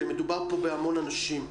ומדובר פה בהמון אנשים.